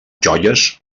joies